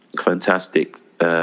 fantastic